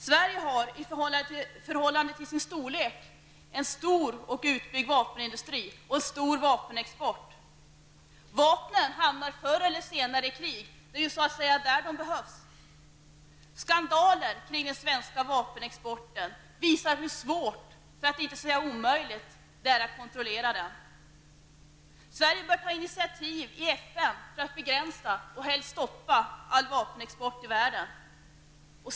Sverige har i förhållande till sin storlek en stor vapenindustri och en stor vapenexport. Vapnen hamnar förr eller senare i krig. Det är ju där de så att säga behövs. Skandaler kring den svenska vapenexporten visar hur svårt, för att inte säga omöjligt, det är att kontrollera den. Sverige bör ta initiativ i FN för att begränsa och helst stoppa all vapenexport i världen.